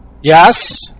Yes